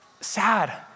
sad